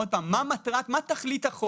מה תכלית החוק?